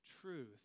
truth